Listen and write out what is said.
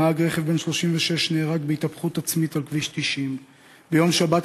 נהג רכב בן 36 נהרג בהתהפכות עצמית על כביש 90. ביום שבת,